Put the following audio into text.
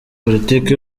politiki